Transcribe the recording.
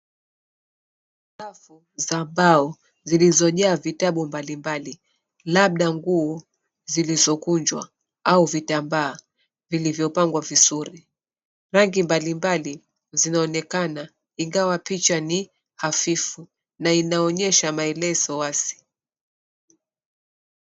Rafu za mbao zilizojaa vitabu mbalimbali, labda nguo zilizokunjwa au vitambaa vilivyopangwa vizuri. Rangi mbalimbali zinaonekana ingawa picha ni hafifu na inaonyesha maelezo wazi.